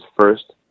first